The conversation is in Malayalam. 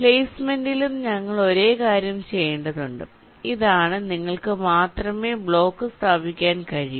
പ്ലെയ്സ്മെന്റിലും ഞങ്ങൾ ഒരേ കാര്യം ചെയ്യേണ്ടതുണ്ട് ഇതാണ് നിങ്ങൾക്ക് മാത്രമേ ബ്ലോക്ക് സ്ഥാപിക്കാൻ കഴിയൂ